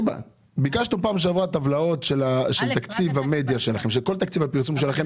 ביקשנו בפעם שעברה טבלאות של כל תקציב הפרסום שלכם